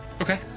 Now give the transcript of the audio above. Okay